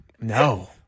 No